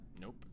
Nope